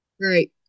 right